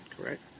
correct